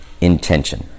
intention